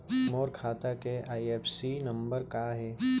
मोर खाता के IFSC number का हे?